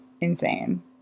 insane